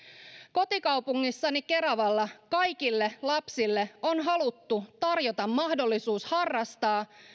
kotikaupungissani keravalla kaikille lapsille on haluttu tarjota mahdollisuus harrastaa